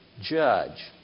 judge